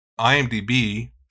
IMDb